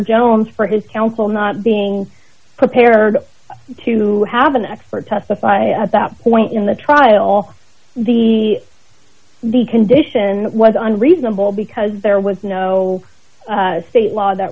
jones for his counsel not being prepared to have an expert testify at that point in the trial all the the condition was unreasonable because there was no state law that